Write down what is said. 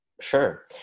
Sure